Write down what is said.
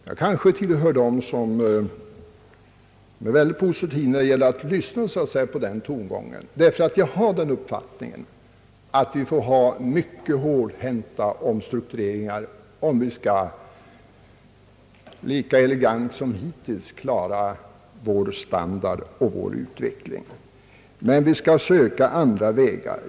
Jag kanske tillhör dem som är mycket positiva när det gäller att lyssna på dessa tongångar, därför att jag har den uppfattningen att vi får tillgripa mycket hårdhänta omstruktureringar om vi lika elegant som hittills skall lyckas klara vår standard och vår utveckling — men vi skall söka andra vägar.